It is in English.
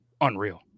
unreal